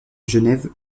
genève